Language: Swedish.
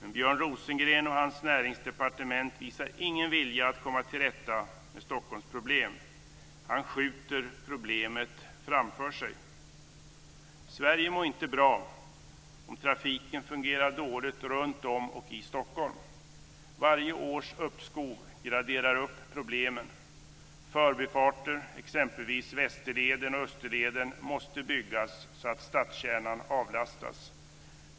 Men Björn Rosengren och hans näringsdepartement visar ingen vilja att komma till rätta med Stockholms problem. Han skjuter problemet framför sig. Sverige mår inte bra om trafiken fungerar dåligt runtom och i Stockholm. Varje års uppskov graderar upp problemen. Förbifarter - exempelvis Västerleden och Österleden - måste byggas, så att stadskärnan avlastas.